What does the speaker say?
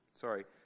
sorry